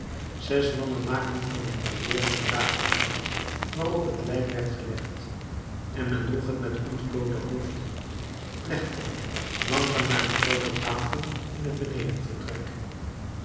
zes mannen maakten van hun geweren een draagbaar waarop het lijk werd gelegd en men droeg het met ontbloote hoofden plechtig langzaam naar de groote tafel in het